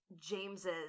James's